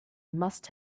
must